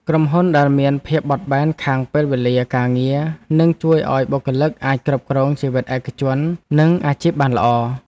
ក្រុមហ៊ុនដែលមានភាពបត់បែនខាងពេលវេលាការងារនឹងជួយឱ្យបុគ្គលិកអាចគ្រប់គ្រងជីវិតឯកជននិងអាជីពបានល្អ។